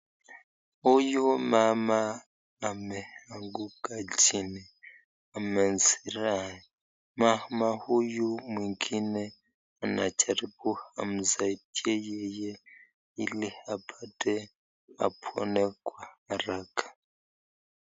Huyu mama ameanguka chini, amezirai. Mama huyu mwingine anajaribu amsaidie yeye ili apate apone kwa haraka.